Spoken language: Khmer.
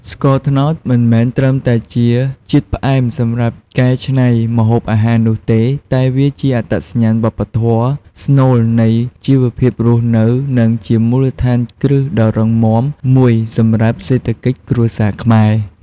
ស្ករត្នោត មិនមែនត្រឹមតែជាជាតិផ្អែមសម្រាប់កែច្នៃម្ហូបអាហារនោះទេ តែវាជាអត្តសញ្ញាណវប្បធម៌ ស្នូលនៃជីវភាពរស់នៅ និងជាមូលដ្ឋានគ្រឹះដ៏រឹងមាំមួយសម្រាប់សេដ្ឋកិច្ចគ្រួសារខ្មែរ។